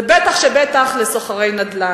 ובטח שבטח לסוחרי נדל"ן.